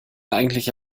eigentlich